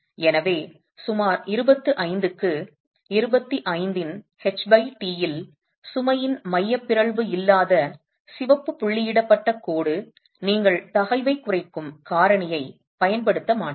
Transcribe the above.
எனவே சுமார் 25 க்கு 25 இன் ht இல் சுமையின் மைய பிறழ்வு இல்லாத சிவப்பு புள்ளியிடப்பட்ட கோடு நீங்கள் தகைவைக் குறைக்கும் காரணியைப் பயன்படுத்த மாட்டீர்கள்